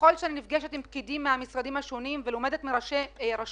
ככל שאני נפגשת עם פקידים מן המשרדים השונים ולומדת מראשי רשויות,